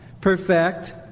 perfect